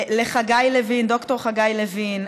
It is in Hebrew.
לד"ר חגי לוין,